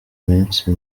minsi